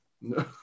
No